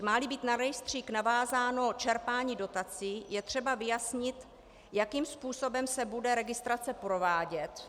Máli být na rejstřík navázáno čerpání dotací, je třeba vyjasnit, jakým způsobem se bude registrace provádět.